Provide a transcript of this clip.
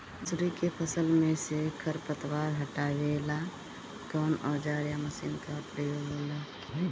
मसुरी के फसल मे से खरपतवार हटावेला कवन औजार या मशीन का प्रयोंग होला?